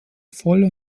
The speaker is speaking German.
voller